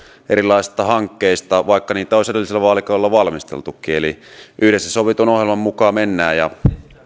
erilaisista hankkeista vaikka niitä olisi edellisellä vaalikaudella valmisteltukin eli yhdessä sovitun ohjelman mukaan mennään ja